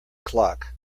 clock